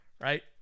right